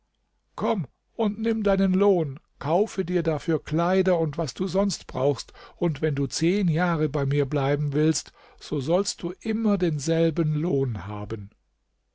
komm und nimm deinen lohn kaufe dir dafür kleider und was du sonst brauchst und wenn du zehn jahre bei mir bleiben willst so sollst du immer denselben lohn haben